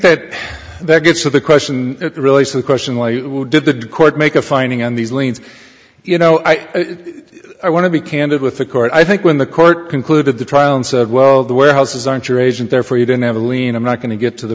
that that gets to the question really so the question why did the court make a finding on these lanes you know i i want to be candid with the court i think when the court concluded the trial and said well the warehouses aren't your agent therefore you don't have a lien i'm not going to get to the